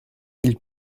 ils